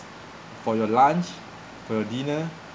for your lunch for your dinner